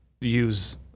use